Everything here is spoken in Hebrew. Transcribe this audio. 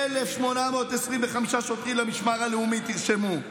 1,825 שוטרים למשמר הלאומי, תרשמו,